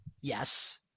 Yes